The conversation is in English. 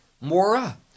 Mora